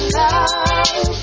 love